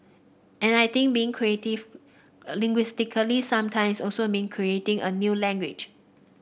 and I think being creative linguistically sometimes also mean creating a new language